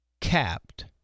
capped